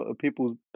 people's